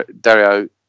Dario